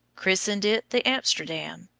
christened it the amsterdam,